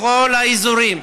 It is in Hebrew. בכל האזורים,